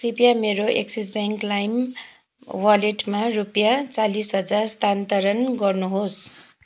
कृपया मेरो Axis bank Lime वालेटमा रुपियाँ चालिस हजार स्थानान्तरण गर्नुहोस्